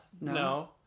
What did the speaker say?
No